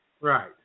Right